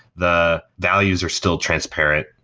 the values are still transparent,